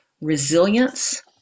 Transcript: resilience